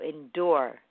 endure